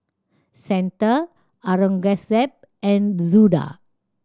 Santha Aurangzeb and Suda